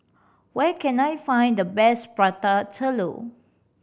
where can I find the best Prata Telur